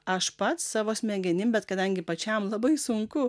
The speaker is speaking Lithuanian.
aš pats savo smegenim bet kadangi pačiam labai sunku